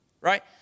Right